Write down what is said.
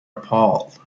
appalled